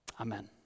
Amen